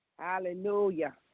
Hallelujah